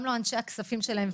גם לא אנשי הכספים שלהם,